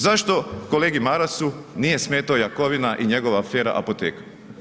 Zašto kolegi Marasu nije smetao Jakovina i njegova afera apoteka?